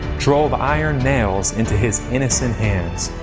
drove iron nails into his innocent hands,